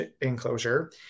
enclosure